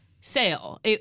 sale